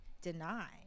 deny